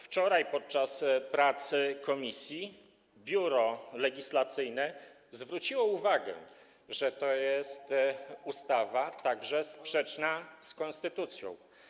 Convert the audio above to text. Wczoraj podczas prac komisji Biuro Legislacyjne zwróciło uwagę, że to jest ustawa sprzeczna także z konstytucją.